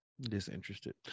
disinterested